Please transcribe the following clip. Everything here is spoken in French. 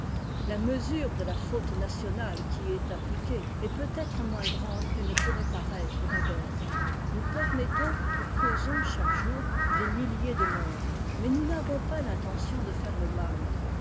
la mesure de la fautenationale quiy est impliquée est peut-être moins grande qu'elle ne pourrait paraître d'abord nous permettons ou causons chaque jour des milliers de morts mais nous n'avons pas l'intention de faire le mal